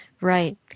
Right